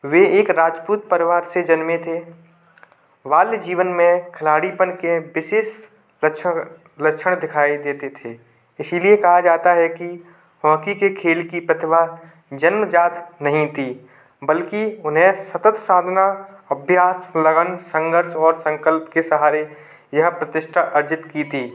वे एक राजपूत परिवार से जन्मे थे बाल्य जीवन में खिलाड़ीपन के विशेष लच्छण लक्षण दिखाई देते थे इसीलिए कहा जाता है कि हॉकी के खेल की प्रतिभा जन्मजात नहीं थी बल्कि उन्हें सतत सामना अभ्यास लगन संघर्ष और संकल्प के सहारे यह प्रतिष्ठा अर्जित की थी